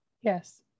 Yes